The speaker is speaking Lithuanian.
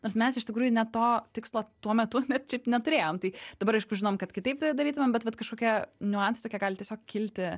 nors mes iš tikrųjų ne to tikslo tuo metu net neturėjom tai dabar aišku žinom kad kitaip tai darytumėm bet vat kažkokie niuansai tokie gali tiesiog kilti